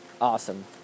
awesome